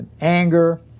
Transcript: anger